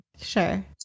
Sure